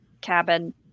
cabin